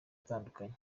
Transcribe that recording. atandukanye